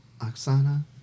Oksana